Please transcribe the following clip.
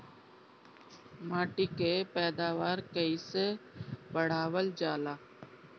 माटी के पैदावार कईसे बढ़ावल जाला?